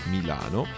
Milano